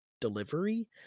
delivery